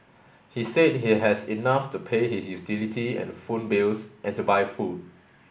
he said he has enough to pay his utility and phone bills and to buy food